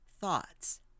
thoughts